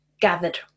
gathered